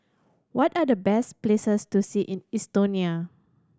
what are the best places to see in Estonia